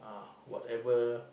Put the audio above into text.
whatever